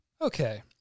Okay